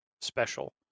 special